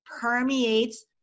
permeates